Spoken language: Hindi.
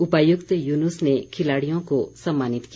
उपायुक्त यूनुस ने खिलाड़ियों को सम्मानित किया